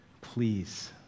Please